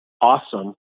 awesome